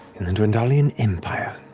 in the dwendalian empire.